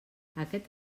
aquest